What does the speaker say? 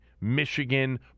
Michigan